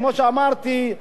כמו שאמרתי,